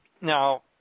Now